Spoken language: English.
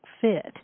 fit